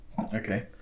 okay